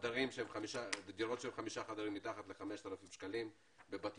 דירות של 5 חדרים במחיר של מתחת ל-5,000 שקלים בבתים,